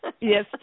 Yes